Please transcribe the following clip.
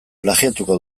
plagiatuko